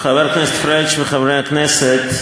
תודה רבה, חבר הכנסת פריג' וחברי הכנסת,